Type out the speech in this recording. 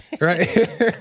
right